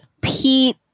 Pete